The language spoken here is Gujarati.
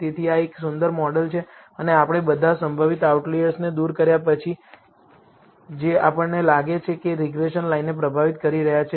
તેથી આ એક સુંદર મોડેલ છે અને આપણે બધા સંભવિત આઉટલિઅર્સને દૂર કર્યા છે જે આપણને લાગે છે કે રીગ્રેસન લાઇનને પ્રભાવિત કરી રહ્યા છે